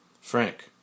Frank